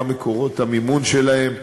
מה מקורות המימון שלהם,